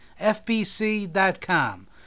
FBC.com